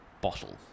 bottle